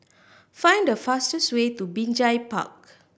find the fastest way to Binjai Park